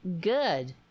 good